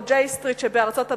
או J Street שבארצות-הברית,